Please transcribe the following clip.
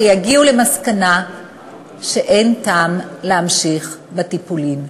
שאין טעם להמשיך בטיפולים.